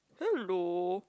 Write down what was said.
hello